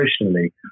emotionally